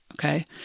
okay